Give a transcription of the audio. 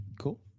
Cool